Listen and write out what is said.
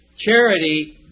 Charity